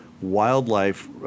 wildlife